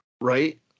right